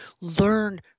learn